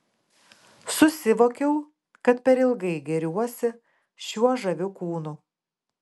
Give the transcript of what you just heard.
susivokiau kad per ilgai gėriuosi šiuo žaviu kūnu